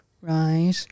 Right